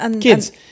kids